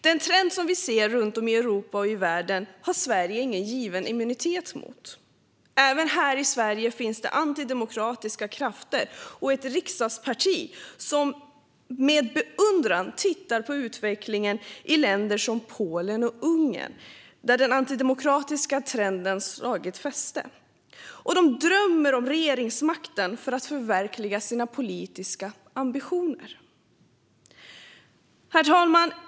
Den trend som vi ser runt om i Europa och i världen har Sverige ingen given immunitet mot. Även här i Sverige finns antidemokratiska krafter och ett riksdagsparti som med beundran ser på utvecklingen i länder som Polen och Ungern, där den antidemokratiska trenden har fått fäste. De drömmer om regeringsmakten för att förverkliga sina politiska ambitioner. Herr talman!